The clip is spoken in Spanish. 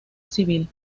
civil